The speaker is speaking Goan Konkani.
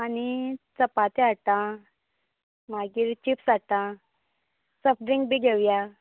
आनी चपाती हाडटां मागीर चिप्स हाडटां सॉफ्टड्रिंक बी घेवया